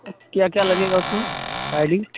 तो क्या क्या लगेगा उसमें आई डी